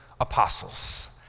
apostles